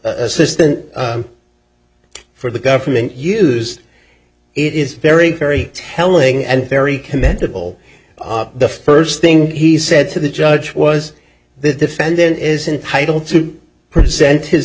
assistant for the government used it is very very telling and very commendable the first thing he said to the judge was the defendant is entitled to present his